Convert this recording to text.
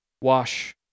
wash